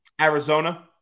Arizona